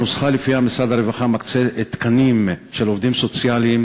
הנוסחה שלפיה משרד הרווחה מקצה תקנים של עובדים סוציאליים